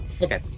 okay